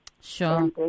Sure